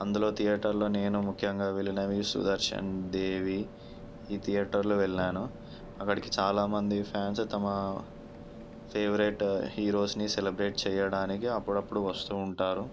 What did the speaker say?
అందులో థియేటర్లో నేను ముఖ్యంగా వెళ్లినవి సుదర్శన్ దేవి ఈ థియేటర్లో వెళ్లాను అక్కడికి చాలామంది ఫాన్స్ తమ ఫేవరెట్ హీరోస్ని సెలబ్రేట్ చేయడానికి అప్పుడప్పుడు వస్తూ ఉంటారు